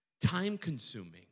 time-consuming